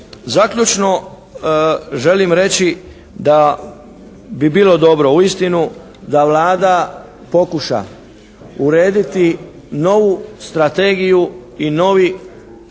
Zaključno, želim reći da bi bilo dobro uistinu da Vlada pokuša urediti novu strategiju i novi vremenski